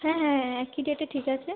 হ্যাঁ হ্যাঁ হ্যাঁ একই ডেটে ঠিক আছে